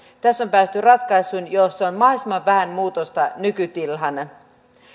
tässä on päästy ratkaisuun jossa on mahdollisimman vähän muutosta nykytilaan